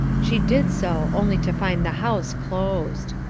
she did so, only to find the house closed.